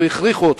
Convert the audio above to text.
והכריחו אותך,